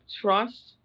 Trust